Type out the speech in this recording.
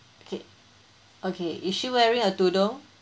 okay okay is she wearing a tudung